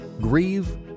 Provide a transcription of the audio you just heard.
grieve